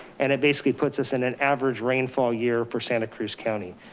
and it basically puts us in an average rainfall year for santa cruz county,